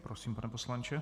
Prosím, pane poslanče.